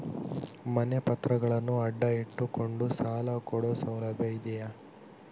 ಮನೆ ಪತ್ರಗಳನ್ನು ಅಡ ಇಟ್ಟು ಕೊಂಡು ಸಾಲ ಕೊಡೋ ಸೌಲಭ್ಯ ಇದಿಯಾ?